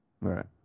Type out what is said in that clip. Right